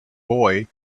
boy